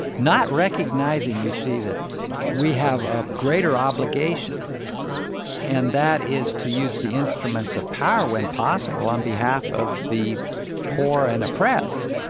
not recognizing, you see, that we have a greater obligation and that is to use the instruments of power, when possible, on behalf of the poor and oppressed,